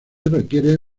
requiere